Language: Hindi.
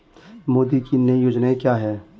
मोदी की नई योजना क्या है?